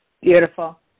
Beautiful